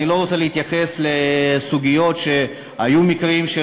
אני לא רוצה להתייחס לסוגיות שהיו מקרים של